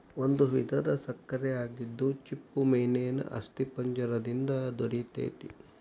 ಒಂದು ವಿಧದ ಸಕ್ಕರೆ ಆಗಿದ್ದು ಚಿಪ್ಪುಮೇನೇನ ಅಸ್ಥಿಪಂಜರ ದಿಂದ ದೊರಿತೆತಿ